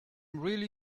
really